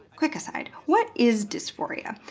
quick aside. what is dysphoria?